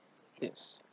yes